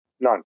None